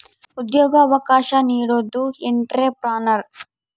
ಉದ್ಯೋಗ ಅವಕಾಶ ನೀಡೋದು ಎಂಟ್ರೆಪ್ರನರ್